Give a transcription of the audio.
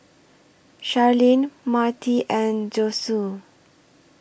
Sharlene Marti and Josue